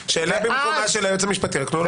שאלה במקומה של היועץ המשפטי, רק תנו לו לענות.